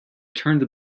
turned